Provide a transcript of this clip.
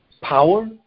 Power